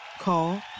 Call